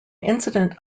incident